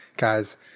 Guys